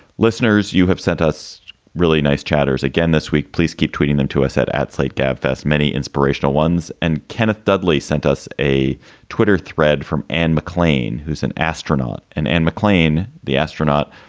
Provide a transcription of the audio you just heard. listeners, you have sent us really nice chatters again this week. please keep tweeting them to us at at slate gab fest, many inspirational ones. and kenneth dudley sent us a twitter thread from an mcclaine who's an astronaut and an mcclaine. the astronaut